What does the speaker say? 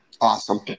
Awesome